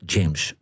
James